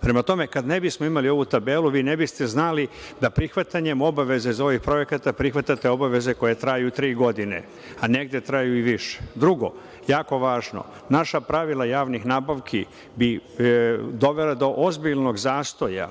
Prema tome, kad ne bismo imali ovu tabelu, vi ne biste znali da prihvatanjem obaveza iz ovih projekata prihvatate obaveze koje traju i tri godine, a negde traju i više. Drugo, jako važno, naša pravila javnih nabavki bi dovela do ozbiljnog zastoja